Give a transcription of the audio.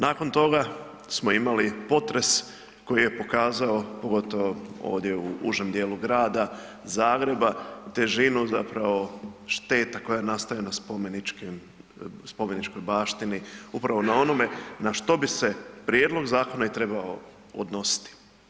Nakon toga smo imali potres koji je pokazao, pogotovo ovdje u užem dijelu grada Zagreba težinu zapravo šteta koja nastaju na spomeničkim, spomeničkoj baštini, upravo na onome na što bi se prijedlog zakona i trebao odnositi.